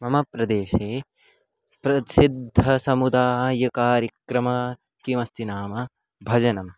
मम प्रदेशे प्रसिद्धः समुदायकार्यक्रमः किमस्ति नाम भजनम्